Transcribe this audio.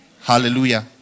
Hallelujah